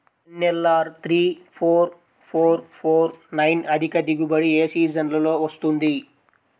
NLR three four four four nine అధిక దిగుబడి ఏ సీజన్లలో వస్తుంది?